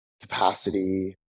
capacity